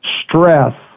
stress